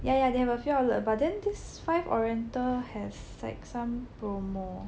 ya ya they have a few outlet but then this Five Oriental has like some promo